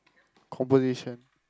conversation